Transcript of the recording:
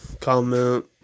comment